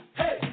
hey